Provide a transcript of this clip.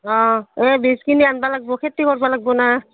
অঁ এই বীজখিনি আনবা লাগব খেতি কৰবা লাগব না